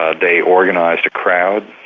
ah they organised a crowd.